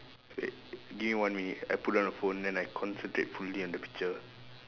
wait give me one minute I put down the phone then I concentrate fully on the picture